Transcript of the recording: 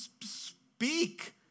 speak